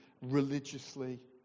religiously